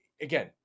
again